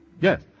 Yes